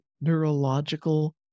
neurological